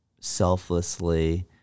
selflessly